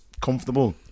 comfortable